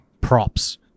props